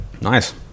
Nice